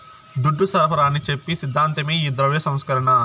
దుడ్డు సరఫరాని చెప్పి సిద్ధాంతమే ఈ ద్రవ్య సంస్కరణ